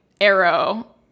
arrow